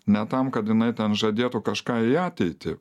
ne tam kad jinai ten žadėtų kažką į ateitį